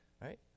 right